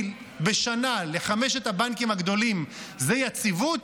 בשנה לחמשת הבנקים הגדולים זה יציבות?